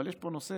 אבל יש פה נושא